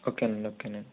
ఓకేనండి ఓకేనండి